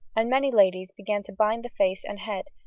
and many ladies began to bind the face and head,